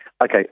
Okay